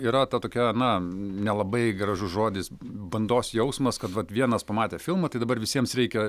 yra ta tokia na nelabai gražus žodis bandos jausmas kad vat vienas pamatė filmą tai dabar visiems reikia